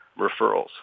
referrals